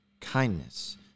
kindness